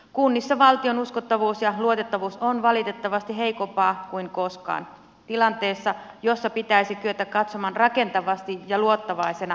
kunnissa valtion uskottavuus ja luotettavuus on valitettavasti heikompaa kuin koskaan tilanteessa jossa pitäisi kyetä katsomaan rakentavasti ja luottavaisena tulevaisuuteen